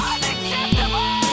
Unacceptable